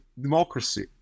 democracy